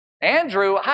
Andrew